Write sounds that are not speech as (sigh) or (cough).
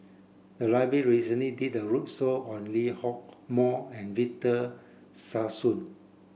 the (unintelligible) recently did a roadshow on Lee Hock Moh and Victor Sassoon